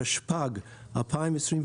התשפ"ג-2023